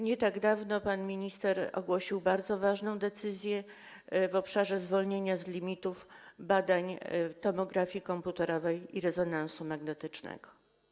Nie tak dawno pan minister ogłosił bardzo ważną decyzję w obszarze zwolnienia z limitów badań tomografii komputerowej i rezonansu magnetycznego.